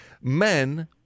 men